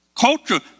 Culture